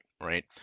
Right